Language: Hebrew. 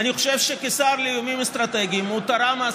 אני חושב שכשר לאיומים אסטרטגיים הוא תרם אז